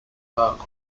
logo